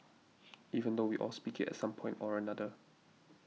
even though we all speak it at some point or another